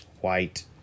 white